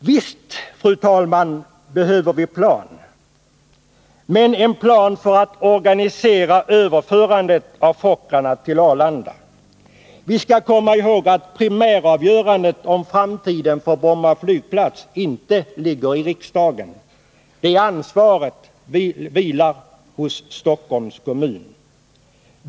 Visst, fru talman, behöver vi planera, men här gäller det att planera för att organisera överförandet av Fokkerplanen till Arlanda. Vi skall komma ihåg att det primära avgörandet om framtiden för Brumma flygplats inte ligger hos riksdagen. Det ansvaret åvilar Stockholms kommun.